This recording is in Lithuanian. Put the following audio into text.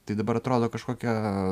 tai dabar atrodo kažkokia